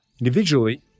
individually